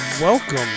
Welcome